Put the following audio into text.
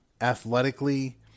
athletically